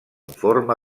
forma